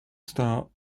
start